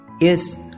Yes